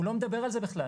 הוא לא מדבר על זה בכלל,